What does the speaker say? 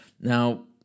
Now